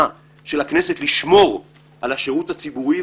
של הכנסת לשמור על השירות הציבורי,